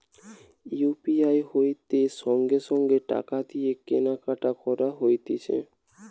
UPI হইতে সঙ্গে সঙ্গে টাকা দিয়ে কেনা কাটি করা যাতিছে